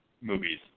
movies